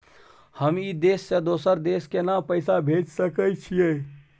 हम ई देश से दोसर देश केना पैसा भेज सके छिए?